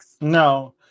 no